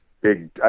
big